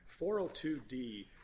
402D